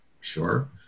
sure